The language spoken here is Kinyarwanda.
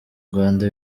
rwanda